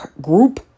group